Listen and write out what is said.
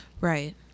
right